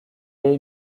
est